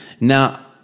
Now